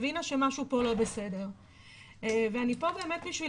הבינה שמשהו פה לא בסדר ואני פה באמת בשביל